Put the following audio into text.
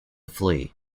flee